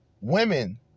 women